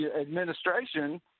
administration